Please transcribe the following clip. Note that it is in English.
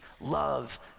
love